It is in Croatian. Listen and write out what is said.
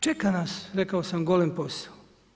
Čeka nas, rekao sam, golem posao.